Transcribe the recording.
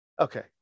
Okay